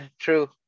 true